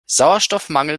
sauerstoffmangel